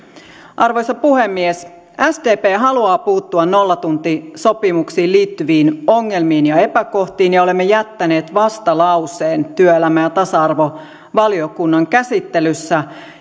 arvoisa puhemies sdp haluaa puuttua nollatuntisopimuksiin liittyviin ongelmiin ja epäkohtiin ja olemme jättäneet vastalauseen työelämä ja tasa arvovaliokunnan käsittelyssä